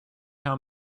how